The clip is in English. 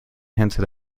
hinted